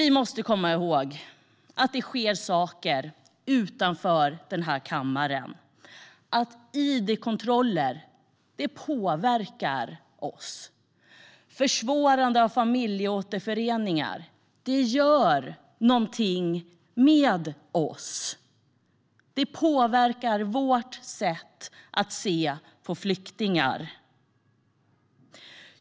Vi måste komma ihåg att det sker saker utanför den här kammaren, att id-kontroller påverkar oss. Det är försvårande av familjeåterförening. Det gör något med oss. Det påverkar vårt sätt att se på flyktingar.